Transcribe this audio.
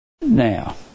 Now